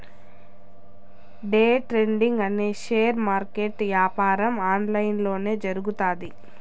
day trading అనే share market యాపారం online లొనే జరుగుతాది